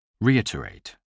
Reiterate